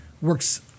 works